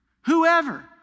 whoever